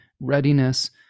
readiness